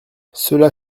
cela